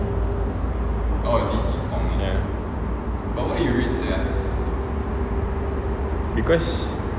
ya because